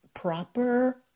proper